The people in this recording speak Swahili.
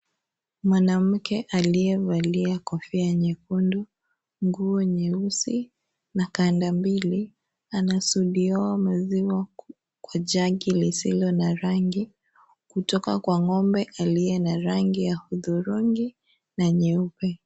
Mwanamke aliyevalia kofia nyekundu, nguo nyeusi na kanda mbili anasuzuwaa maziwa kwa jagi isiyo na rangi kutoka kwa ng'ombe aliya na rangi ya udhurungi na nyeupe.